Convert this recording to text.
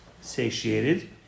satiated